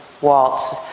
waltz